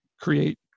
create